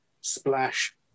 splash